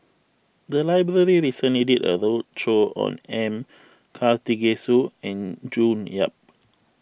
the library recently did a roadshow on M Karthigesu and June Yap